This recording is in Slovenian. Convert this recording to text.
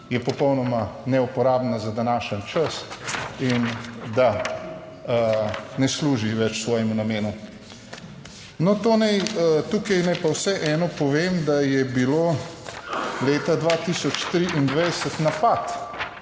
je popolnoma neuporabna za današnji čas, in da ne služi več svojemu namenu. No, to naj, tukaj naj pa vseeno povem, da je bilo leta 2023 napad